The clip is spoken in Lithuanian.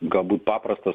galbūt paprastas